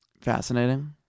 fascinating